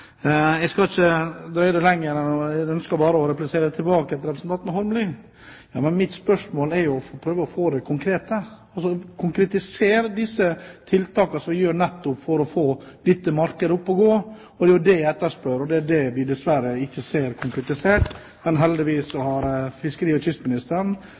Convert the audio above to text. Jeg skal ikke drøye dette lenger. Jeg ønsker bare å få replisere tilbake til representanten Holmelid. Mitt spørsmål gikk på å prøve å få konkretisert disse tiltakene som nettopp ville få dette markedet opp å gå. Det er jo det jeg etterspør, og det er det vi dessverre ikke ser konkretisert. Men heldigvis har fiskeri- og kystministeren